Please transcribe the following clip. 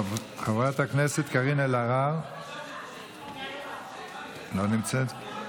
חברת הכנסת קארין אלהרר לא נמצאת.